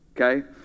Okay